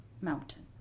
mountain